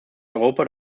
europa